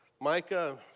Micah